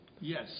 Yes